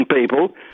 people